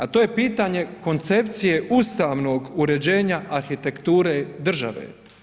A to je pitanje koncepcije ustavnog uređenja arhitekture države.